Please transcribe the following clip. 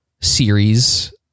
series